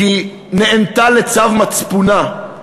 כי נענתה לצו מצפונה.